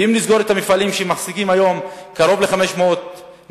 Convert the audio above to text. ואם נסגור את המפעלים שמחזיקים היום קרוב ל-500 נשים,